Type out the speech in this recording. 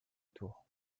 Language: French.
tour